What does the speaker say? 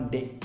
Day